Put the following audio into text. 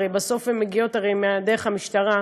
הרי בסוף הן מגיעות דרך המשטרה,